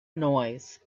noise